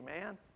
man